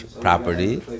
property